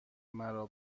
مرا